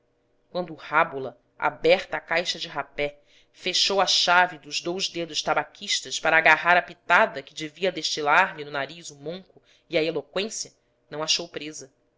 quando o rábula aberta a caixa de rapé fechou a chave dos dous dedos tabaquistas para agarrar a pitada que devia destilar lhe no nariz o monco e a eloqüência não achou presa